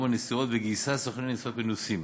הנסיעות וגייסה סוכני נסיעות מנוסים.